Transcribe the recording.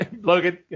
Logan